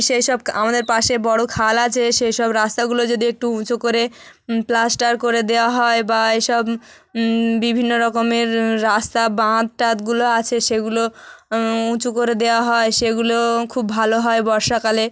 সেই সব আমাদের পাশে বড় খাল আছে সে সব রাস্তাগুলো যদি একটু উঁচু করে প্লাস্টার করে দেওয়া হয় বা এই সব বিভিন্ন রকমের রাস্তা বাঁধ টাধগুলো আছে সেগুলো উঁচু করে দেওয়া হয় সেগুলো খুব ভালো হয় বর্ষাকালে